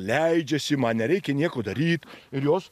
leidžiasi man nereikia nieko daryt ir jos